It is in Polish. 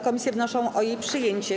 Komisje wnoszą o jej przyjęcie.